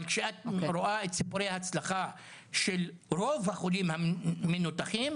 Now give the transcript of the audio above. אבל כשאת רואה את סיפורי ההצלחה של רוב החולים המנותחים,